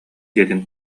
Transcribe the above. дьиэтин